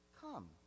Come